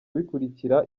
bikurikira